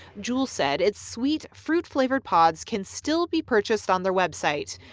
juul said its sweet, fruit flavored pods can still be purchased on their website,